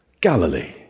Galilee